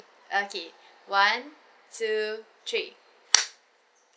okay one two three